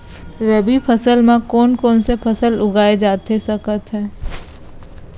रबि फसल म कोन कोन से फसल उगाए जाथे सकत हे?